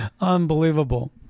unbelievable